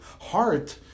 heart